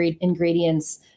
ingredients